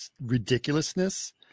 ridiculousness